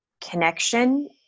connection